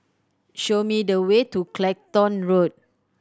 show me the way to Clacton Road